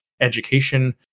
education